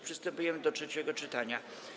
Przystępujemy do trzeciego czytania.